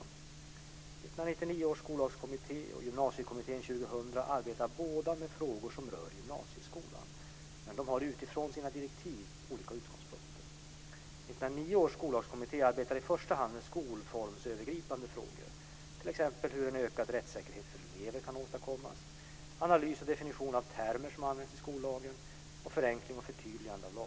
1999 års skollagskommitté och Gymnasiekommittén 2000 arbetar båda med frågor som rör gymnasieskolan, men de har utifrån sina direktiv olika utgångspunkter. 1999 års skollagskommitté arbetar i första hand med skolformsövergripande frågor, t.ex. hur en ökad rättssäkerhet för elever kan åstadkommas, analys och definition av termer som används i skollagen och förenkling och förtydligande av lagstiftningen.